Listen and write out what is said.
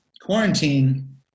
quarantine